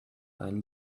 einen